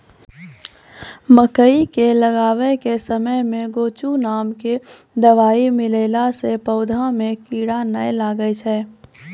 मकई के लगाबै के समय मे गोचु नाम के दवाई मिलैला से पौधा मे कीड़ा नैय लागै छै?